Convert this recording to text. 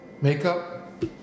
makeup